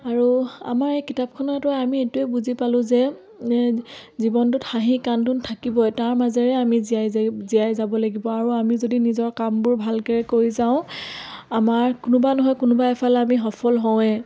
আৰু আমাৰ এই কিতাপখনতো আমি এইটোৱে বুজি পালোঁ যে জীৱনটোত হাঁহি কান্দোন থাকিবই তাৰ মাজেৰে আমি জীয়াই জীয়াই যাব লাগিব আৰু আমি যদি নিজৰ কামবোৰ ভালকৈ কৰি যাওঁ আমাৰ কোনোবা নহয় কোনোবা এফালে আমি সফল হওঁৱে